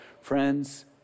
Friends